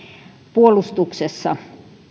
puolustuksessa